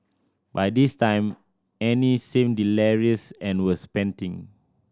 by this time Annie seemed delirious and was panting